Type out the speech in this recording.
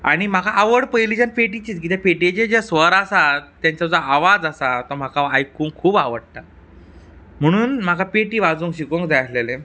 आनी म्हाका आवड पयलींच्यान पेटीचीच किद्या पेटीचे जे स्वर आसात तेंचो जो आवाज आसा तो म्हाका आयकूंक खूब आवडटा म्हणून म्हाका पेटी वाजोवंक शिकूंक जाय आसलेलें